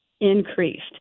increased